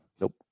Nope